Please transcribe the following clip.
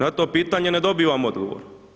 Na to pitanje ne dobivam odgovor.